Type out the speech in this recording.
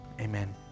Amen